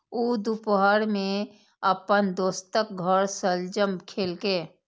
ऊ दुपहर मे अपन दोस्तक घर शलजम खेलकै